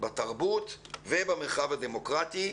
בתרבות ובמרחב הדמוקרטי.